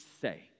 say